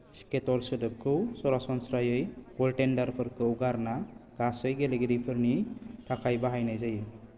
skater सोदोबखौ सरासनस्रायै गलटेन्डारफोरखौ गारना गासै गेलेगिरिफोरनि थाखाय बाहायनाय जायो